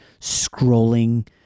scrolling